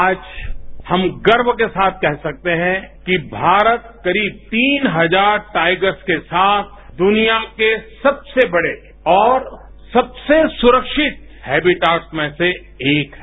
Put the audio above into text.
आज हम गर्व के साथ कह सकते हैं कि भारत करीब तीन हजार टाइगर्स के साथ दुनिया के सबसे बड़े और सबसे सुरक्षित हैबिटाट्स में से एक है